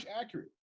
accurate